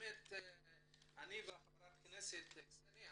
אני וחברת הכנסת קסניה